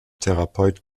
therapeut